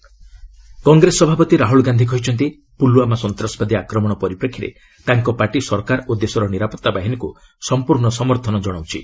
Rahul Pulwama attack Congress ସଭାପତି ରାହୁଳ ଗାନ୍ଧୀ କହିଛନ୍ତି ପୁଲୱାମା ସନ୍ତାସବାଦୀ ଆକ୍ରମଣ ପରିପ୍ରେକ୍ଷୀରେ ତାଙ୍କ ପାର୍ଟି ସରକାର ଓ ଦେଶର ନିରାପତ୍ତା ବାହିନୀକୁ ସଂପୂର୍ଣ୍ଣ ସମର୍ଥନ କଣାଉଛି